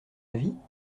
avis